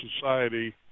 society